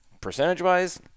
Percentage-wise